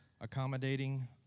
accommodating